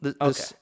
Okay